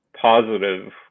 positive